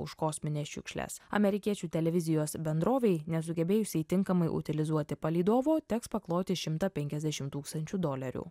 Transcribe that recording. už kosmines šiukšles amerikiečių televizijos bendrovei nesugebėjusiai tinkamai utilizuoti palydovo teks pakloti šimtą penkiasdešim tūkstančių dolerių